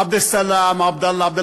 חברים, יש זמנים, נתתי מעבר לזה.